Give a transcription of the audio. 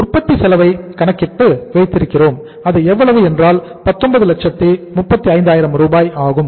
உற்பத்தி செலவைக் கணக்கிட்டு வைத்திருக்கிறோம் அது எவ்வளவு என்றால் 1935000 ரூபாய் ஆகும்